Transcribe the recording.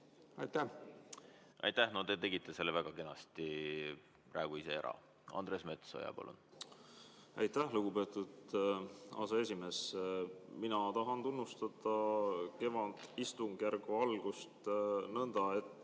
Aitäh! No te tegite selle väga kenasti praegu ise ära. Andres Metsoja, palun! Aitäh, lugupeetud aseesimees! Mina tahan tunnustada kevadistungjärgu algust nõnda,